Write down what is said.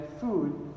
food